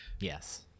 Yes